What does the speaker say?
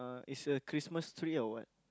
is a Christmas tree or what